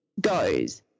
goes